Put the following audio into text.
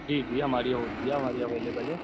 جی جی ہمارے یہاں ہوتی ہے ہمارے یہاں اویلیبل ہے